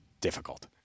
difficult